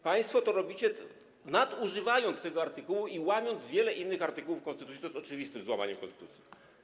Państwo to robicie, nadużywając tego artykułu i łamiąc wiele innych artykułów konstytucji, co jest oczywistym złamaniem konstytucji.